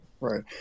Right